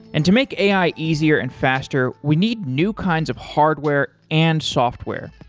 and to make ai easier and faster, we need new kinds of hardware and software,